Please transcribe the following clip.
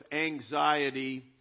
anxiety